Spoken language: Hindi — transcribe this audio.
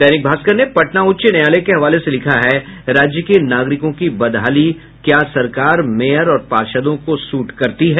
दैनिक भास्कर ने पटना उच्च न्यायालय के हवाले से लिखा है राज्य के नागरिकों की बदहाली क्या सरकार मेयर और पार्षदों को सूट करती है